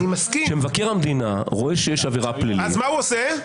כשמבקר המדינה רואה שיש עבירה פלילית --- אז מה הוא עושה?